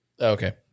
Okay